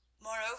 Moreover